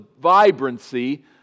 vibrancy